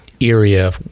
area